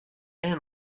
haine